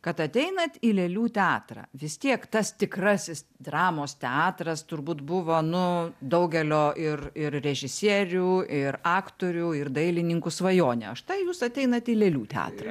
kad ateinat į lėlių teatrą vis tiek tas tikrasis dramos teatras turbūt buvo nu daugelio ir ir režisierių ir aktorių ir dailininkų svajonė štai jūs ateinat į lėlių teatrą